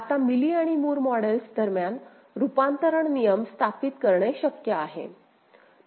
आता मिली आणि Moore models दरम्यान रूपांतरण नियम स्थापित करणे शक्य आहे